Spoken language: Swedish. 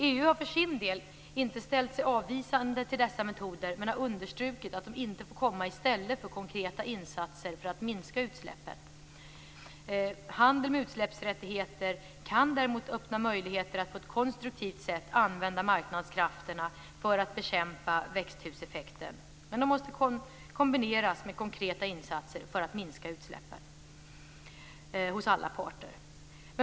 EU har för sin del inte ställt sig avvisande till dessa metoder men har understrukit att de inte får komma i stället för konkreta insatser för att minska utsläppen. Handel med utsläppsrättigheter kan däremot öppna möjligheter att på ett konstruktivt sätt använda marknadskrafterna för att bekämpa växthuseffekten. Men de måste kombineras med konkreta insatser för att minska utsläppen hos alla parter.